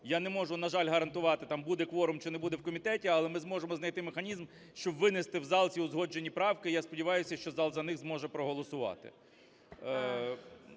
Я не можу, на жаль, гарантувати, там буде кворум чи не буде в комітеті, але ми зможемо знайти механізм, щоб винести в зал ці узгоджені правки, я сподіваюся, що зал за них зможе проголосувати.